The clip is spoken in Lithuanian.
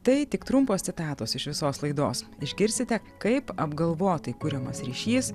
tai tik trumpos citatos iš visos laidos išgirsite kaip apgalvotai kuriamas ryšys